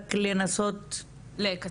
רק לנסות --- לקצר,